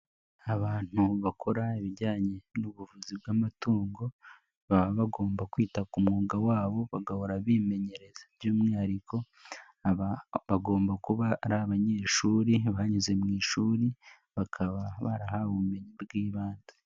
Abantu bakora ibijyanye n'ubuvuzi bw'amatungo baba bagomba kwita ku mwuga wabo bagahora bimenyereza, by'umwihariko aba bagomba kuba ari abanyeshuri banyuze mu ishuri bakaba barahawe ubumenyi bw'ibanze.